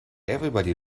everybody